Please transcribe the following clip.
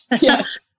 Yes